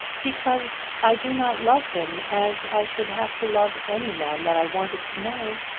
because i do not love him as i should have to love any man that i wanted to marry.